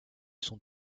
sont